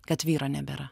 kad vyro nebėra